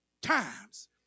times